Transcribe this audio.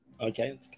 Okay